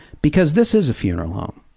because this is a funeral home,